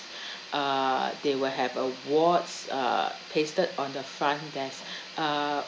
uh they will have awards uh pasted on the front desk uh